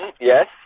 Yes